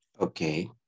Okay